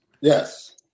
yes